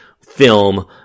film